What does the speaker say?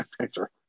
picture